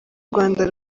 rwanda